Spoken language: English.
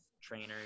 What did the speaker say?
trainers